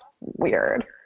Weird